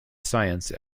science